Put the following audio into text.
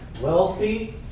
wealthy